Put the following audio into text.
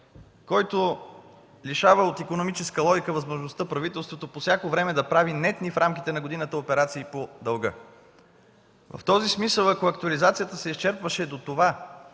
който лишава от икономическа логика възможността на правителството по всяко време да прави нетни в рамките на годината операции по дълга. В този смисъл, ако актуализацията се изчерпваше до това